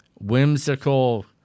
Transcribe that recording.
whimsical